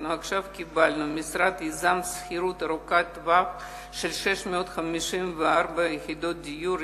המשרד יזם שכירות ארוכת טווח של 654 יחידות דיור,